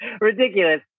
ridiculous